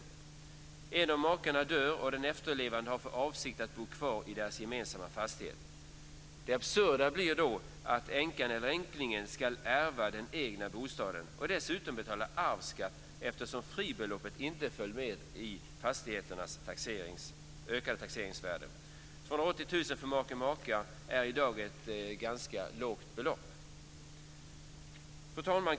Om en av makarna dör och den efterlevande har för avsikt att bo kvar i den gemensamma fastigheten får änkan ärva den gemensamma bostaden. Det är absurt. Dessutom ska änkan eller änklingen betala arvsskatt eftersom fribeloppet inte har följt med i fastigheternas ökade taxeringsvärden. 280 000 kr för maka eller make är i dag ett ganska lågt belopp. Fru talman!